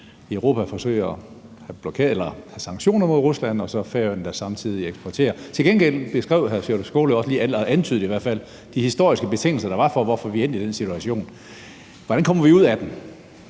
Europa forsøger at have sanktioner mod Rusland, og så at Færøerne samtidig eksporterer. Til gengæld beskrev hr. Sjúrður Skaale også lige eller antydede i hvert fald de historiske betingelser, der var for, hvorfor vi er endt i den situation. Hvordan kommer vi ud af den?